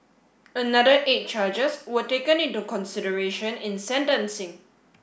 another eight charges were taken into consideration in sentencing